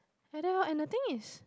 like that lor and the thing is